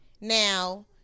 Now